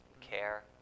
care